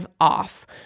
off